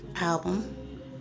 album